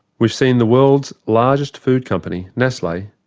we've seen the world's largest food company, nestle,